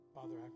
Father